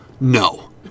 No